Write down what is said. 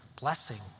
blessing